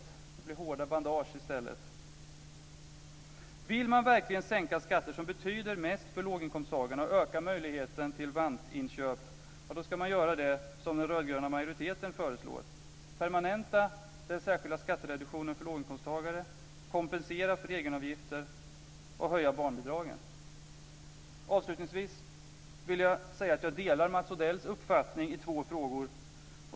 Det blir hårda bandage i stället. Vill man verkligen sänka de skatter som betyder mest för låginkomsttagarna och öka möjligheten till vantinköp ska man göra det som den rödgröna majoriteten föreslår: permanenta den särskilda skattereduktionen för låginkomsttagare, kompensera för egenavgifter och höja barnbidragen. Avslutningsvis vill jag säga att jag delar Mats Odells uppfattning i två frågor.